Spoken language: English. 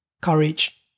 courage